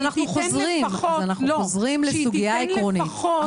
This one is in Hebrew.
אז אנחנו חוזרים לסוגיה העקרונית.